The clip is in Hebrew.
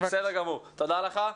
תודה לך.